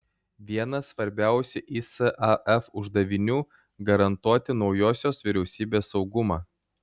vienas svarbiausių isaf uždavinių garantuoti naujosios vyriausybės saugumą